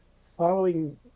Following